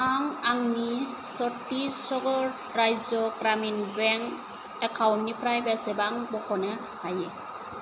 आं आंनि चत्तिसगर राज्य' ग्रामिन बेंक एकाउन्टनिफ्राइ बेसेबां बख'नो हायो